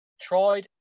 tried